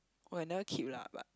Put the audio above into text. oh I never keep lah but